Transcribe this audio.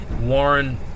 Warren